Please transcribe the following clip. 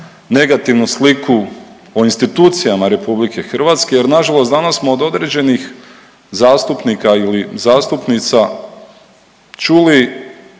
negativnu sliku o institucijama RH jer nažalost danas smo od određenih zastupnika ili zastupnica čuli